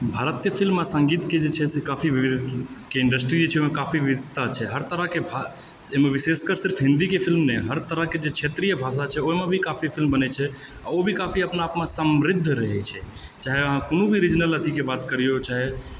भारतीय फिल्म आ सङ्गीतके जे छै काफी विविधताके इंडस्ट्री जे छै ओहिमे काफी विविधता छै हर तरह के एहिमे विशेषकर हिन्दीके फिल्म नहि हर तरहके जे क्षेत्रीय भाषा छै ओहिमे भी काफी फिल्म बनै छै आ ओ भी काफी अपनाआपमे काफी समृद्ध रहै छै चाहे अहाँ कोनो भी रिजनल अथि के बात करियौ चाहे